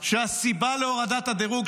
שהסיבה להורדת הדירוג,